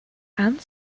and